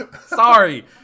sorry